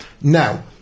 Now